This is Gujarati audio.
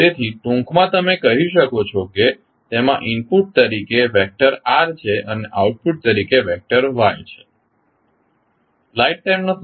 તેથી ટૂંકમાં તમે કહી શકો છો કે તેમાં ઇનપુટ તરીકે વેક્ટર R છે અને આઉટપુટ તરીકે વેક્ટર Y છે